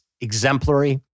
exemplary